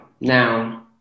Now